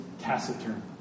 taciturn